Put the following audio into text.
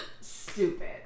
stupid